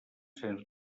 sens